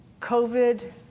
COVID